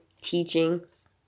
teachings